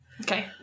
Okay